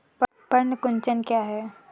पर्ण कुंचन क्या है?